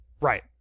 Right